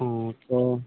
ᱳᱻ ᱛᱚ